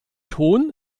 ton